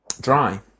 Dry